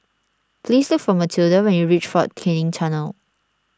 please look for Matilda when you reach fort Canning Tunnel